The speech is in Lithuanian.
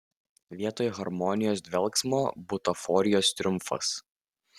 vietoj harmonijos dvelksmo butaforijos triumfas